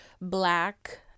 black